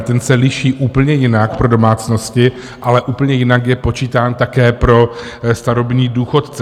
Ten se liší úplně jinak pro domácnosti, ale úplně jinak je počítán také pro starobní důchodce.